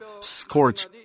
scorch